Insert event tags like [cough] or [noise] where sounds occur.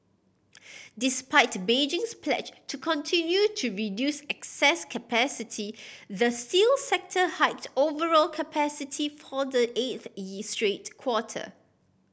despite Beijing's pledge to continue to reduce excess capacity the steel sector hiked overall capacity for the eighth [unintelligible] straight quarter